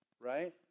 right